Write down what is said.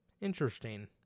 Interesting